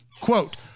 quote